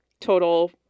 total